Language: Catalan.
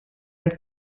hem